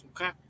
Okay